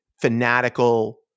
Fanatical